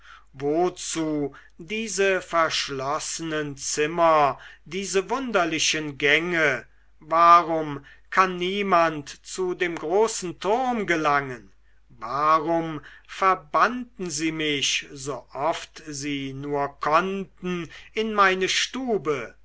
wozu diese verschlossenen zimmer diese wunderlichen gänge warum kann niemand zu dem großen turm gelangen warum verbannten sie mich so oft sie nur konnten in meine stube